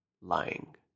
lying